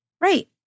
right